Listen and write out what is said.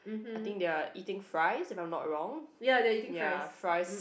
I think they are eating fries if I was not wrong ya fries